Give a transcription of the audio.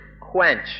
quench